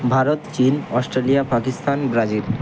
ভারত চীন Australia Pakistan Brazil